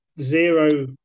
zero